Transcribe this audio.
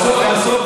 זה הכול.